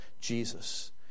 Jesus